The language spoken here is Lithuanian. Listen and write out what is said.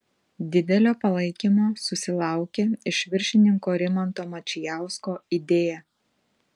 didelio palaikymo susilaukė iš viršininko rimanto mačijausko idėja